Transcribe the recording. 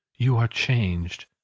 you are changed.